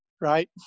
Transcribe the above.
Right